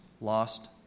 lost